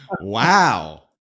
Wow